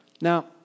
Now